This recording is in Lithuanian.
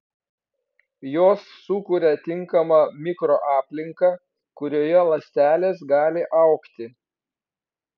jos sukuria tinkamą mikroaplinką kurioje ląstelės gali augti